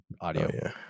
audio